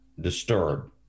disturbed